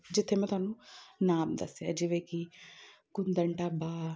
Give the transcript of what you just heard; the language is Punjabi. ਜਿੱਥੇ ਮੈਂ ਤੁਹਾਨੂੰ ਨਾਮ ਦੱਸਿਆ ਜਿਵੇਂ ਕਿ ਕੁੰਦਨ ਢਾਬਾ